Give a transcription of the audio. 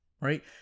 right